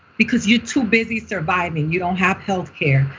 because you're too busy surviving. you don't have healthcare.